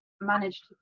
managed